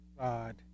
God